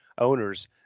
owners